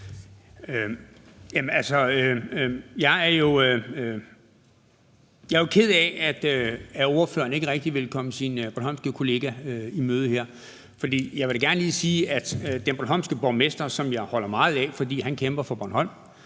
jeg er ked af, at ordføreren ikke rigtig vil komme sin bornholmske kollega i møde her, for jeg vil da gerne lige sige, at den bornholmske borgmester, som jeg holder meget af, fordi han kæmper for Bornholm